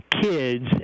kids